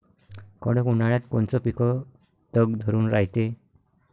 कडक उन्हाळ्यात कोनचं पिकं तग धरून रायते?